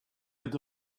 had